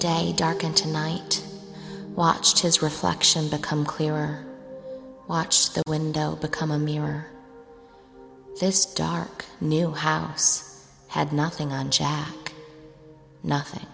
day dark until night watched his reflection become clearer watch the window become a mirror this dark new house had nothing on jack nothing